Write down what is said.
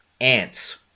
ants